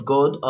God